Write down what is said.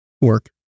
work